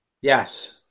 Yes